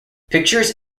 pictures